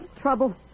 trouble